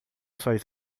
suas